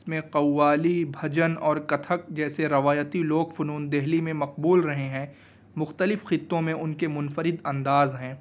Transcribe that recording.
اس میں قوالی بھجن اور کتھک جیسے روایتی لوک فنون دلی میں مقبول رہے ہیں مختلف خطوں میں ان کے منفرد انداز ہیں